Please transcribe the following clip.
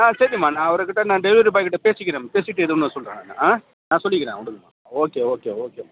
ஆ சரிம்மா நான் அவருகிட்டா நான் டெலிவரி பாய் கிட்ட பேசிக்கிறேன் பேசிவிட்டு எதுவும் நான் சொல்கிறேன் நான் ஆ நான் சொல்லிக்கிறேன் விடுங்கம்மா ஓகே ஓகே ஓகேம்மா